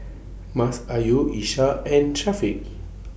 Masayu Ishak and Syafiq